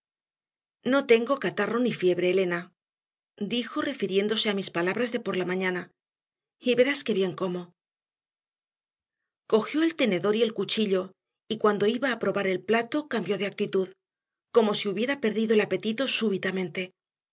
no tengo catarro ni fiebre elena dijo refiriéndose a mis palabras de por la mañana y verás qué bien como cogió el tenedor y el cuchillo y cuando iba a probar el plato cambió de actitud como si hubiera perdido el apetito súbitamente